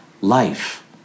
life